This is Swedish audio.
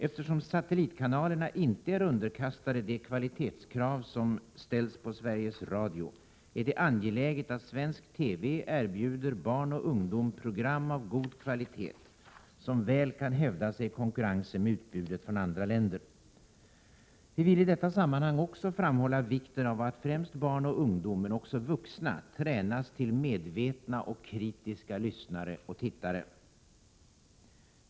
Eftersom satellitkanalerna inte är underkastade de kvalitetskrav som ställs på Sveriges Radio, är det angeläget att svensk TV erbjuder barn och ungdom program av god kvalitet som väl kan hävda sig i konkurrensen med utbudet från andra länder. Vi vill i detta sammanhang också framhålla vikten av att främst barn och ungdom men också vuxna tränas till medvetna och kritiska lyssnare och tittare.